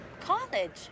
college